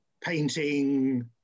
painting